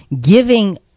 giving